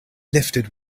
lifted